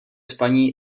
spaní